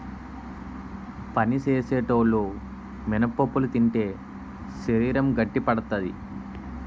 పని సేసేటోలు మినపప్పులు తింటే శరీరం గట్టిపడతాది